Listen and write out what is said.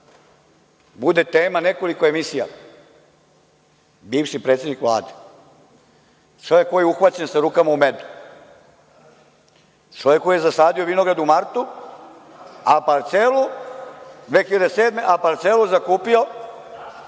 bude teme nekoliko emisija, bivši predsednik Vlade, čovek koji je uhvaćen sa rukama u medu. Čovek koji je zasadio vinograd u martu, a parcelu 2007. godine zakupio,